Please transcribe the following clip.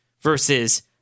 versus